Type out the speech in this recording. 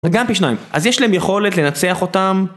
וגם פי שניים, אז יש להם יכולת לנצח אותם